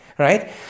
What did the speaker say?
Right